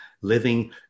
living